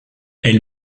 elle